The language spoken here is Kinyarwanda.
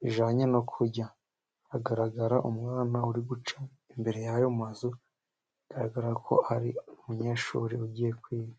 bijyanye no kurya. Hagaragara umwana uri guca imbere y'ayo mazu, bigaragara ko ari umunyeshuri ugiye kwiga.